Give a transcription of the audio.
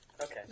Okay